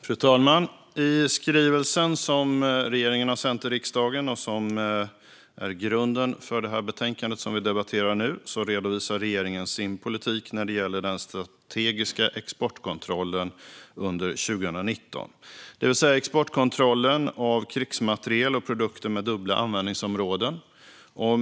Fru talman! I skrivelsen som regeringen har sänt till riksdagen och som är grunden för det betänkande som vi nu debatterar redovisar regeringen sin politik när det gäller den strategiska exportkontrollen under 2019, det vill säga exportkontrollen av krigsmateriel och produkter med dubbla användningsområden.